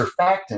surfactant